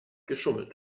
geschummelt